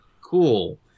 cool